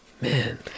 Man